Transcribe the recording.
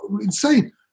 insane